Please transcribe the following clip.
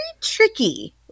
tricky